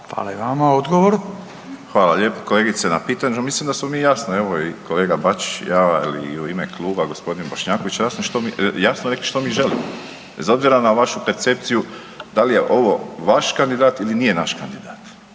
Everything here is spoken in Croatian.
Josip (HDZ)** Hvala lijepo kolegice, na pitanju. Mislim da smo mi jasno, evo, i kolega Bačić i ja i u ime kluba g. Bošnjaković jasno rekli što mi želimo. Bez obzira na vašu percepciju da li je ovo vaš kandidat ili nije naš kandidat